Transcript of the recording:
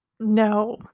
No